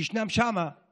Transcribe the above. שם יש